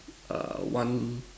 err one